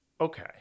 Okay